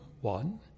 one